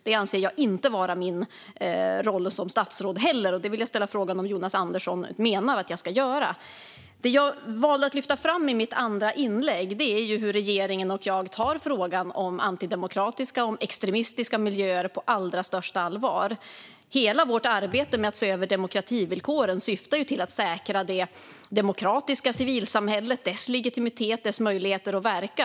Det anser jag inte vara min roll som statsråd, och jag vill ställa frågan om Jonas Andersson menar att jag ska göra det. Det jag valde att lyfta fram i mitt andra inlägg var hur regeringen och jag tar frågan om antidemokratiska och extremistiska miljöer på allra största allvar. Hela vårt arbete med att se över demokrativillkoren syftar ju till att säkra det demokratiska civilsamhället och dess legitimitet och möjligheter att verka.